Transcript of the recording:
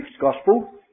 Gospel